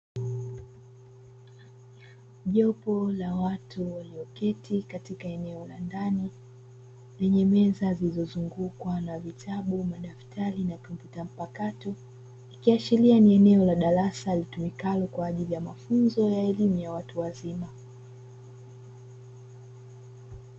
Jopo la watu walioketi katika eneo la ndani lenye meza zilizozungukwa na vitabu, madaftari na kompyuta mpakato, ikiashiria ni eneo la darasa litumikalo kwaajili ya mafunzo ya Elimu ya Watu Wazima.